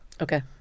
Okay